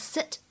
Sit